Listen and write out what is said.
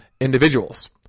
individuals